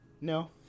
No